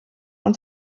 und